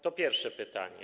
To pierwsze pytanie.